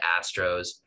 Astros